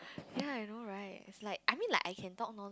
ya I know right is like I mean I can talk non